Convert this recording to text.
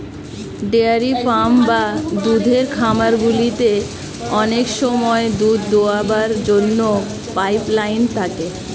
dairy farm বা দুধের খামারগুলিতে অনেক সময় দুধ দোয়াবার জন্য পাইপ লাইন থাকে